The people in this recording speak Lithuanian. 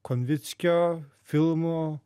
konvickio filmų